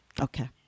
Okay